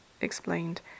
explained